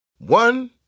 One